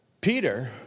Peter